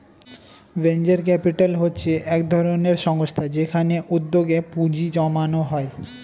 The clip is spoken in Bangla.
ভেঞ্চার ক্যাপিটাল হচ্ছে একধরনের সংস্থা যেখানে উদ্যোগে পুঁজি জমানো হয়